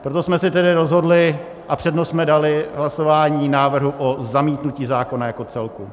Proto jsme se tedy rozhodli a přednost jsme dali hlasování návrhu o zamítnutí zákona jako celku.